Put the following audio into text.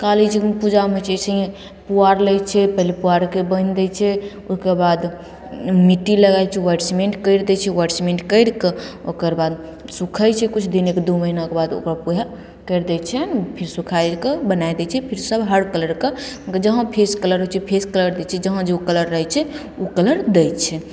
काली जीके पूजामे होइ छै जैसे पुआर लै छै पहिले पुआरके बान्हि दै छै ओकर बाद मिट्टी लगाय छै ह्वाइट सीमेन्ट करि दै छै ह्वाइट सीमेन्ट करिके ओकरबाद सुखय छै किछु दिन एक दू महीनाके बाद ओकरबाद वएह करि दै छै फिर सुखायके बनाय दै छै फिर सब हर कलरके जहाँ फेस कलर होइ छै फेस कलर दै छै जहाँ जे कलर रहय छै उ कलर दै छै